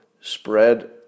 spread